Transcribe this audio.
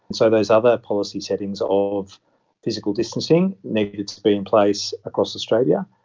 and so those other policy settings of physical distancing needed to be in place across australia,